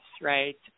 right